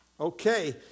Okay